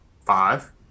five